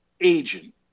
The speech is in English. agent